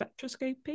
spectroscopy